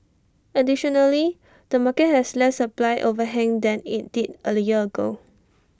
additionally the market has less supply overhang than IT did A the year ago